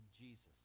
Jesus